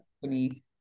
company